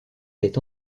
est